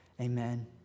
Amen